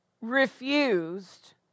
refused